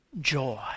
joy